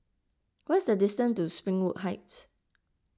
what is the distance to Springwood Heights